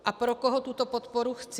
A pro koho tuto podporu chci?